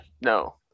No